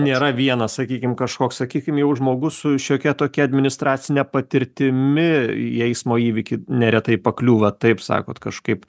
nėra vieno sakykim kažkoks sakykim jau žmogus su šiokia tokia administracine patirtimi į eismo įvykį neretai pakliūva taip sakot kažkaip